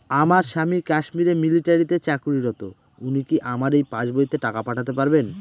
আমার স্বামী কাশ্মীরে মিলিটারিতে চাকুরিরত উনি কি আমার এই পাসবইতে টাকা পাঠাতে পারবেন?